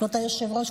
כבוד היושב-ראש,